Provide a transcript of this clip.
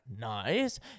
nice